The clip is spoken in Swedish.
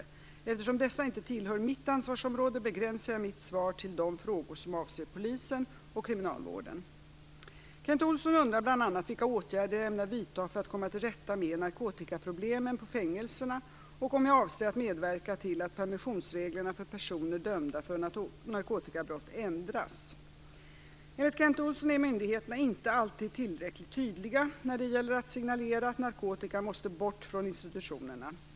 Eftersom dessa inte tillhör mitt ansvarsområde begränsar jag mitt svar till de frågor som avser polisen och kriminalvården. Kent Olsson undrar bl.a. vilka åtgärder jag ämnar vidta för att komma till rätta med narkotikaproblemen på fängelserna och om jag avser att medverka till att permissionsreglerna för personer dömda för narkotikabrott ändras. Enligt Kent Olsson är myndigheterna inte alltid tillräckligt tydliga när det gäller att signalera att narkotikan måste bort från institutionerna.